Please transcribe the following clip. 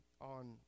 on